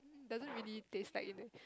doesn't really taste like that